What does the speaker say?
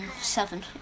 seven